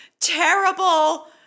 terrible